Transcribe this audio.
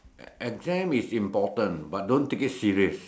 exam is important but don't take it serious